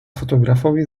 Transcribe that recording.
fotografowi